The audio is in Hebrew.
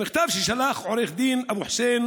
במכתב ששלח עו"ד אבו חוסיין